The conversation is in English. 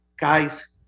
guys